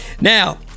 Now